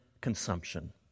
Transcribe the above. consumption